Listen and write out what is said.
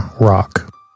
Rock